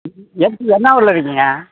எதுக்கு என்ன ஊரில் இருக்கீங்க